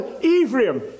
Ephraim